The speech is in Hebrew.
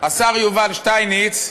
השר יובל שטייניץ,